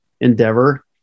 endeavor